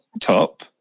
top